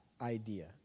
idea